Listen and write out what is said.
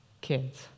kids